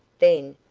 then,